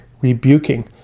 rebuking